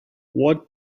what